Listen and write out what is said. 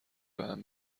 بهم